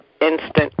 instant